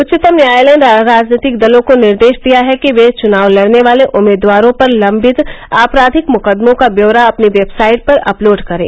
उच्चतम न्यायालय ने राजनीतिक दलों को निर्देश दिया है कि वे चुनाव लड़ने वाले उम्मीदवारों पर लम्बित आपराधिक मुकदमों का ब्यौरा अपनी वेबसाइट पर अपलोड करें